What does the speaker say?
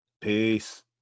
Peace